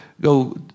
go